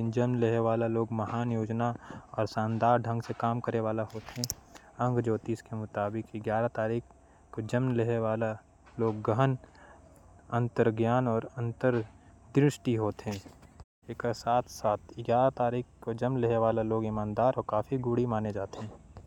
नंबर आध्यात्मिक जागरूकता। अउ आंतरिक ज्ञान के प्रतीक हे। अंक शास्त्र के मुताबिक ग्यारह नंबर ल परी नंबर माने जाथे। अंक शास्त्र के मुताबिक ग्यारह नंबर ल भगवान अउ। ऐश्वर्य के संख्या माने जाथे। अंक शास्त्र के मुताबिक ग्यारह नंबर ल मन के कारक माने जाथे। अंक शास्त्र के मुताबिक ग्यारह नंबर ल लौकिक द्वार माने जाथे।